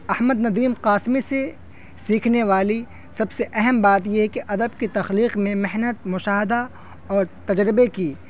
احمد ندیم قاسمی سے سیکھنے والی سب سے اہم بات یہ ہے کہ ادب کی تخلیق میں محنت مشاہدہ اور تجربے کی